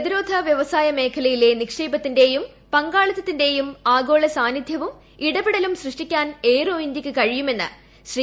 പ്രതിരോധ പ്പൂവസായ മേഖലയിലെ നിക്ഷേപത്തിന്റെയും പങ്കാളിത്ത്തിന്റെയും ആഗോള സാന്നിധൃവും ഇടപെടലും സൃഷ്ട്ടിക്കാ്ൻ എയ്റോ ഇന്ത്യയ്ക്ക് കഴിയുമെന്ന് ശ്രീ